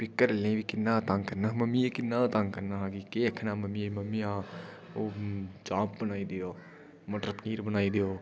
भी घरै आह्लें गी किन्ना तंग करना हा मम्मी ई किन्ना तंग करना हा भी केह् आखना मम्मियै ई मम्मी आ ओह् चाह् बनाई देओ मटर पनीर बनाई देओ